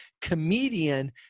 comedian